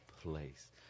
place